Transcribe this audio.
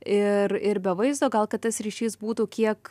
ir ir be vaizdo gal kad tas ryšys būtų kiek